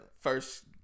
first